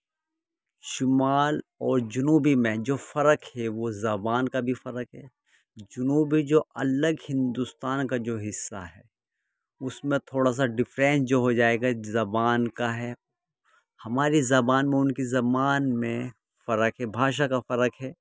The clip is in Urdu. شمال اور جنوبی میں جو فرق ہے وہ زبان کا بھی فرق ہے جنوبی جو الگ ہندوستان کا جو حصہ ہے اس میں تھوڑا سا ڈفرینس جو ہو جائے گا زبان کا ہے ہماری زبان میں ان کی زبان میں فرق ہے بھاشا کا فرق ہے